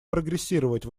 прогрессировать